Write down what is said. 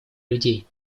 людей